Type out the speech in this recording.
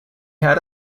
had